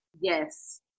Yes